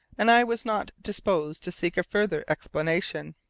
and i was not disposed to seek a further explanation.